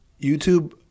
YouTube